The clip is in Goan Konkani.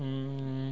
आ